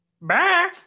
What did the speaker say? Bye